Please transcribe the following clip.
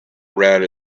around